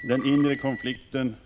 Den inre konflikten